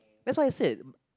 that's what I said